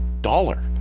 dollar